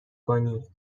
کنی